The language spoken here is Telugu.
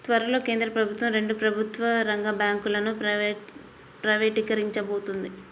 త్వరలో కేంద్ర ప్రభుత్వం రెండు ప్రభుత్వ రంగ బ్యాంకులను ప్రైవేటీకరించబోతోంది